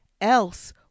Else